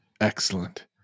Excellent